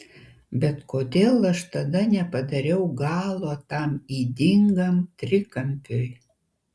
bet kodėl aš tada nepadariau galo tam ydingam trikampiui